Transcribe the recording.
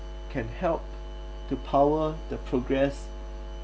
can help to power the progress